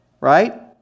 Right